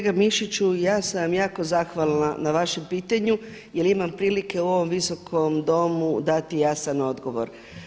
Kolega Mišiću, ja sam vam jako zahvalna na vašem pitanju jel imam prilike u ovom Visokom domu dati jasan odgovor.